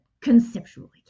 conceptually